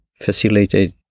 facilitated